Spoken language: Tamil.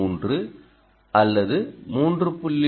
3 அல்லது 3